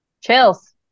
Chills